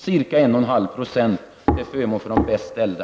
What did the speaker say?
Detta ger ca 1,5 % till förmån för de bäst ställda.